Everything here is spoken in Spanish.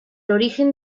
origen